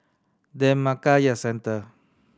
Dhammakaya Centre